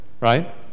right